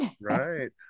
Right